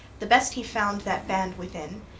the best he found that band within,